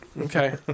Okay